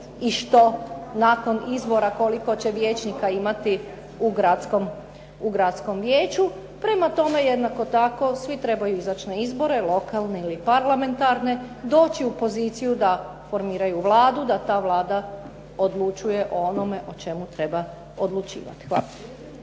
i što nakon izbora, koliko će vijećnika imati u gradskom vijeću. Prema tome, jednako tako svi trebaju izaći na izbore lokalne ili parlamentarne, doći u poziciju da formiraju Vladu, da ta Vlada odlučuje o onome o čemu treba odlučivati. Hvala.